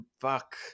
fuck